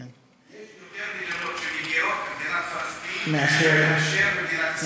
יש יותר מדינות שמכירות במדינת פלסטין מאשר במדינת ישראל.